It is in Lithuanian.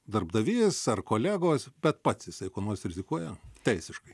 darbdavys ar kolegos bet pats jisai kuo nors rizikuoja teisiškai